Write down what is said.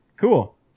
Cool